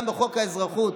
גם בחוק האזרחות,